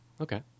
Okay